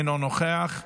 אינו נוכח,